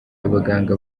abaganga